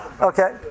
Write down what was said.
Okay